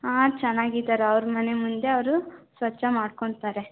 ಹಾಂ ಚೆನ್ನಾಗಿದ್ದಾರೆ ಅವರ ಮನೆ ಮುಂದೆ ಅವರು ಸ್ವಚ್ಛ ಮಾಡ್ಕೊತಾರೆ